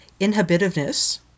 inhibitiveness